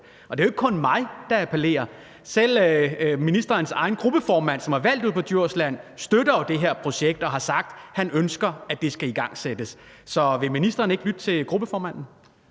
Og det er jo ikke kun mig, der appellerer – selv ministerens egen gruppeformand, som er valgt på Djursland, støtter det her projekt og har sagt, at han ønsker, at det skal igangsættes. Så vil ministeren ikke lytte til gruppeformanden?